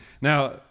Now